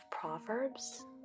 Proverbs